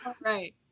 right